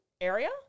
area